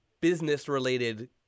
business-related